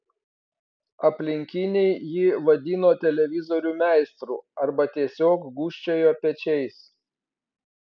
aplinkiniai jį vadino televizorių meistru arba tiesiog gūžčiojo pečiais